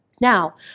Now